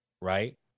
right